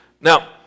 Now